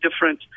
different